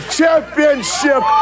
championship